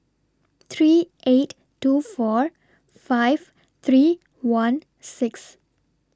three eight two four five three one six